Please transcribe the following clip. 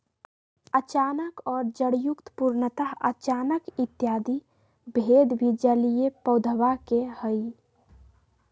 अचानक और जड़युक्त, पूर्णतः अचानक इत्यादि भेद भी जलीय पौधवा के हई